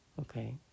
Okay